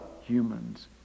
humans